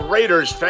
Raiders